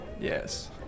Yes